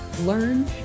learn